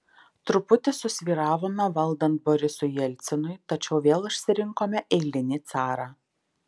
truputį susvyravome valdant borisui jelcinui tačiau vėl išsirinkome eilinį carą